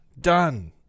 Done